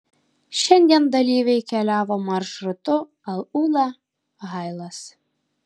šiandien dalyviai keliavo maršrutu al ula hailas